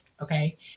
okay